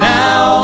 now